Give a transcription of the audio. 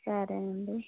సరే అండి